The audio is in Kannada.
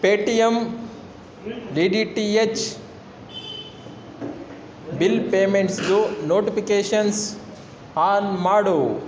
ಪೇಟಿಯಮ್ಲಿ ಡಿ ಟಿ ಎಚ್ ಬಿಲ್ ಪೇಮೆಂಟ್ಸ್ದು ನೋಟಿಪಿಕೇಷನ್ಸ್ ಆನ್ ಮಾಡು